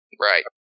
Right